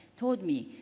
told me,